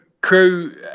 Crew